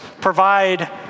provide